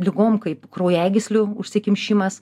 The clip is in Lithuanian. ligom kaip kraujagyslių užsikimšimas